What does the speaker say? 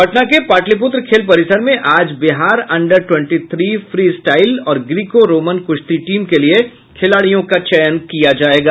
पटना के पाटलिपुत्र खेल परिसर में आज Bihar under twenty three freestyle और ग्रीको रोमन कुश्ती टीम के लिये खिलाड़ियों का चयन किया जायेगा